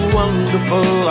wonderful